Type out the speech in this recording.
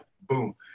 boom